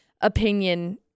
opinion